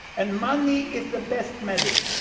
and money is the best medicine,